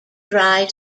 dry